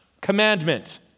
commandment